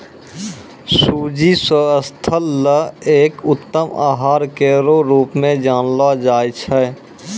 सूजी स्वास्थ्य ल एक उत्तम आहार केरो रूप म जानलो जाय छै